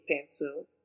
pencil